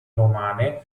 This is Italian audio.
romane